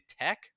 Tech